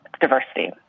diversity